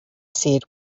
said